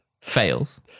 Fails